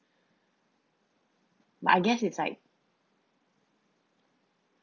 but I guess it's like